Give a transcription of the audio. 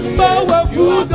powerful